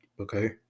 okay